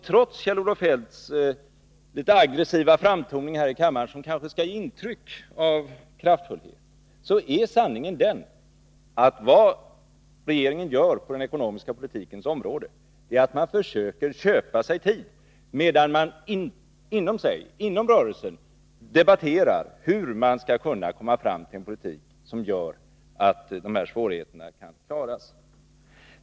Trots Kjell-Olof Feldts litet aggressiva framtoning här i kammaren, som kanske skall ge intryck av kraftfullhet, är sanningen den att vad regeringen gör på den ekonomiska politikens område är att försöka köpa sig tid medan man inom rörelsen debatterar hur man skall kunna komma fram till en politik som gör att dessa svårigheter kan klaras.